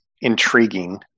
intriguing